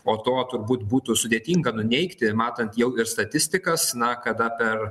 o to turbūt būtų sudėtinga nuneigti matant jau ir statistikas na kada per